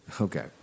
okay